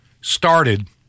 started